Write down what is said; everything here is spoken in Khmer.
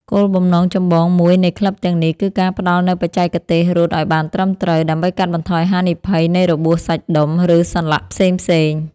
គោលបំណងចម្បងមួយនៃក្លឹបទាំងនេះ គឺការផ្តល់នូវបច្ចេកទេសរត់ឱ្យបានត្រឹមត្រូវ ដើម្បីកាត់បន្ថយហានិភ័យនៃរបួសសាច់ដុំ ឬសន្លាក់ផ្សេងៗ។